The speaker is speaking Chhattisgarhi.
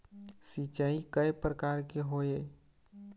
सिचाई कय प्रकार के होये?